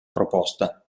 proposta